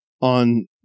on